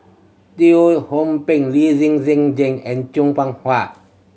Teo Ho Pin Lee Zhen Zhen Jane and Chan Soh Ha